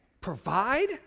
provide